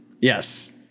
Yes